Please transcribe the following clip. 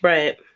Right